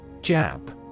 Jap